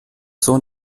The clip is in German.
sohn